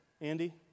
Andy